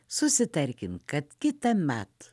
susitarkim kad kitąmet